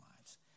lives